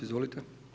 Izvolite.